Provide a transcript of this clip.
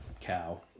cow